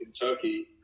kentucky